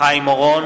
חיים אורון,